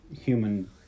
human